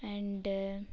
and